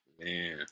man